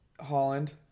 holland